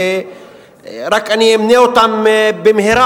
ואני רק אמנה אותם במהרה: